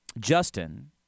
Justin